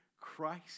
Christ